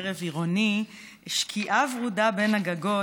"ערב עירוני": "שקיעה ורודה בין הגגות